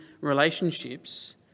relationships